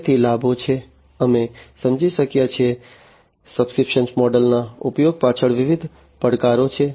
તેથી લાભો જે અમે સમજી શક્યા છીએ સબ્સ્ક્રિપ્શન મોડલ ના ઉપયોગ પાછળ વિવિધ પડકારો છે